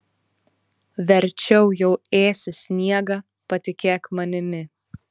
verčiau jau ėsi sniegą patikėk manimi